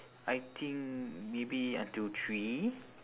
I think maybe until three